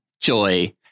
Joy